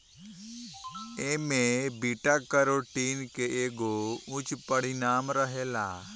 एमे beta carotene के एगो उच्च परिमाण रहेला